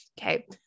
okay